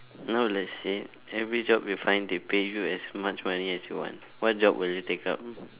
now let's say every job you find they pay you as much money as you want what job will you take up